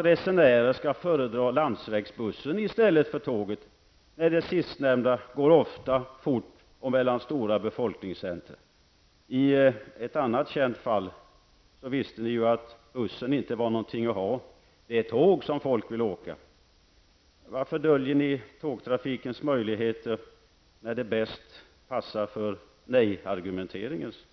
resenärer skall föredra landsvägsbussen i stället för tåget när det sistnämnda går ofta, fort och mellan stora befolkningscentra? I ett annat känt fall visste ni att bussen inte var någonting att ha, det är tåg som folk vill åka. Varför döljer ni tågtrafikens möjligheter när det bäst passar med tanke på nejargumenteringen?